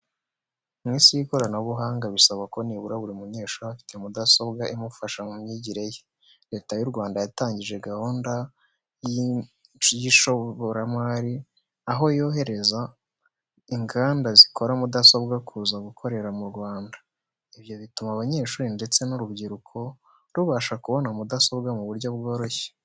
Mu Isi y'ikoranabuhanga bisaba ko nibura buri munyeshuri aba afite mudasobwa imufasha mu myigire ye. Leta y'u Rwanda yatangije gahunda y'ishoramari, aho yorohereza inganda zikora mudasobwa kuza gukorera mu Rwanda. Ibyo bituma abanyeshuri ndetse n'urubyiruko rubasha kubona mudasobwa mu buryo bworoshye.